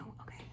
okay